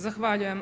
Zahvaljujem.